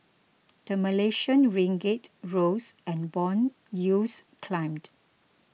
the Malaysian Ringgit rose and bond yields climbed